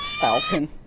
Falcon